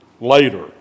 later